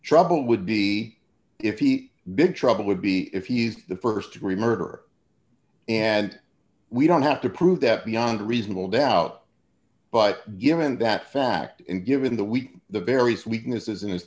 trouble would be if he's big trouble would be if he's the st degree murder and we don't have to prove that beyond reasonable doubt but given that fact and given that we the various weaknesses in his